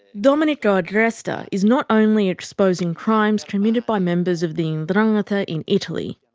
domenico agresta is not only exposing crimes committed by members of the ndrangheta in italy.